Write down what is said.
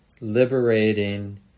liberating